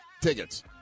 tickets